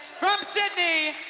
from sidney,